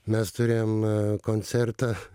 mes turėjom koncertą